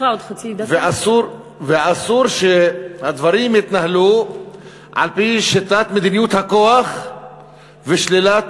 ואסור שהדברים יתנהלו לפי שיטת מדיניות הכוח ושלילת